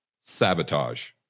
sabotage